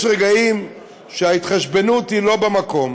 יש רגעים שההתחשבנות היא לא במקום,